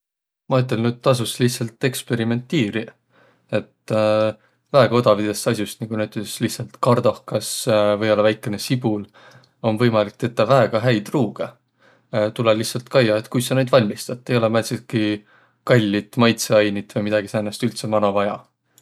Ma ütelnüq, et tasos lihtsält eksperimentiiriq. Et väega odavidõst as'ost, nigu näütüses kardohkas, või ollaq väikene sibul, om võimalik tetäq väega häid ruugõ. Tulõ lihtsält kaiaq, kuis sa naid valmistat. Ei olõq määntsitki kallit maitsõainit vai midägi säänest üldse mano vaia.